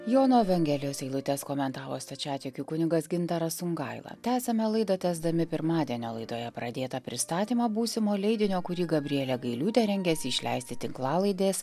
jono evangelijos eilutes komentavo stačiatikių kunigas gintaras songaila tęsiame laidą tęsdami pirmadienio laidoje pradėtą pristatymą būsimo leidinio kurį gabrielė gailiūtė rengiasi išleisti tinklalaidės